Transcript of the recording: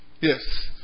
yes